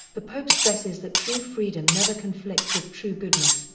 the pope stresses that true freedom never conflicts with true goodness,